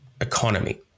economy